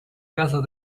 casa